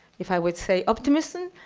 if i would say, optimism.